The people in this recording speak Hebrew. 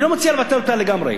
אני לא מציע לבטל אותה לגמרי,